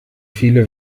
viele